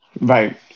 Right